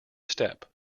step